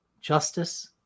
justice